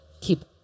keep